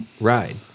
ride